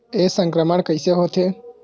के संक्रमण कइसे होथे?